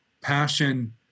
passion